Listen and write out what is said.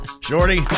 Shorty